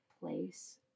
place